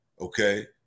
okay